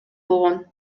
болгон